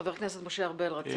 חבר הכנסת משה ארבל.